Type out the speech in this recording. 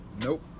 nope